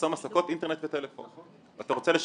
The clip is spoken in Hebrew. לחסום עסקות אינטרנט בטלפון.